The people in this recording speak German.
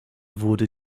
wurde